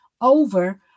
over